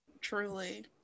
Truly